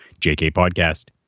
JKPODCAST